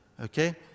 Okay